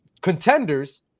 contenders